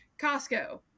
Costco